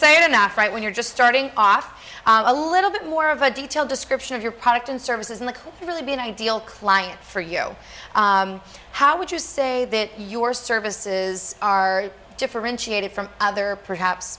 sane enough right when you're just starting off a little bit more of a detailed description of your product and services and really be an ideal client for you how would you say that your services are differentiated from other perhaps